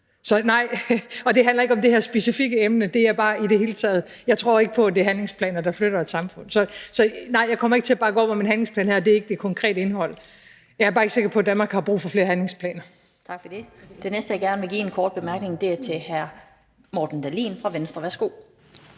så nej. Og det handler ikke om det her specifikke emne; det er bare i det hele taget. Jeg tror ikke på, at det er handlingsplaner, der flytter samfund. Så nej, jeg kommer ikke til at bakke op om en handlingsplan her, og det er ikke på grund af det konkrete indhold. Jeg er bare ikke sikker på, at Danmark har brug for flere handlingsplaner. Kl. 14:02 Den fg. formand (Annette Lind): Tak for det. Den næste, jeg gerne vil give en kort bemærkning, er hr. Morten Dahlin fra Venstre. Værsgo.